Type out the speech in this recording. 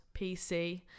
pc